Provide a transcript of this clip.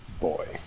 Boy